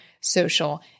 social